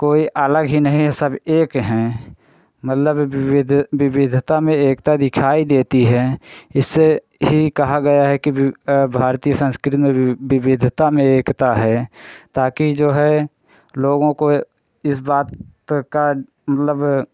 कोई अलग ही नहीं सब एक हैं मतलब विविध विविधता में एकता दिखाई देती है इससे ही कहा गया है कि बि भारतीय संस्कृति में भी विविधता में एकता है ताकि जो है लोगों को इस बात का मतलब